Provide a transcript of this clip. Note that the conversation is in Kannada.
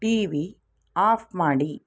ಟಿ ವಿ ಆಫ್ ಮಾಡಿ